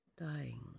dying